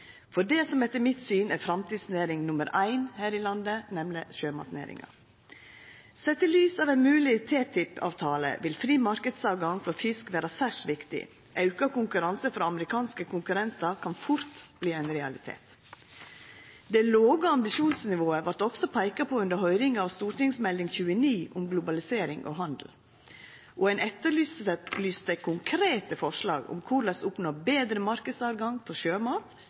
for det som etter mitt syn er framtidsnæring nr. 1 her i landet, nemleg sjømatnæringa. Sett i lys av ein mogleg TTIP-avtale vil fri marknadstilgang for fisk vera særs viktig. Auka konkurranse frå amerikanske konkurrentar kan fort verta ein realitet. Det låge ambisjonsnivået vart også peika på under høyringa av Meld. St. 29 for 2014–2015, om globalisering og handel, og ein etterlyste konkrete forslag om korleis oppnå betre marknadstilgang for sjømat